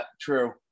true